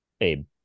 Abe